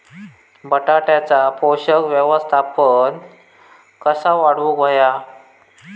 बटाट्याचा पोषक व्यवस्थापन कसा वाढवुक होया?